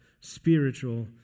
spiritual